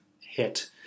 hit